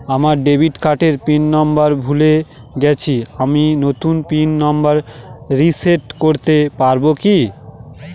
আমার ডেবিট কার্ডের PIN number ভুলে গেছি আমি নূতন পিন নম্বর রিসেট করতে পারবো কি?